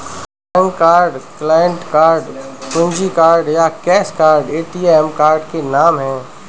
bank card, client card, कुंजी card या cash card ATM card के नाम है